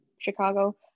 Chicago